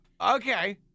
okay